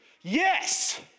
Yes